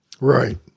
Right